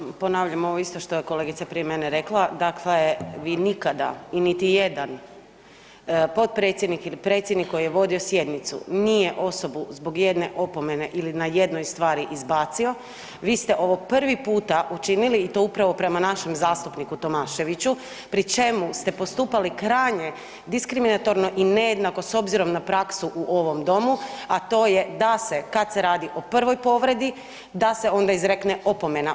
Dakle, ponavljam ovo isto što je kolegica prije mene rekla, dakle vi nikada i niti jedan potpredsjednik ili predsjednik koji je vodio sjednicu nije osobu zbog jedne opomene ili na jednoj stvari izbacio, vi ste ovo prvi puta učinili i to upravo prema našem zastupniku Tomaševiću pri čemu ste postupali krajnje diskriminatorno i nejednako s obzirom na praksu u ovom Domu, a to je da se kad se radi o prvoj povredi, da se onda izrekne opomena.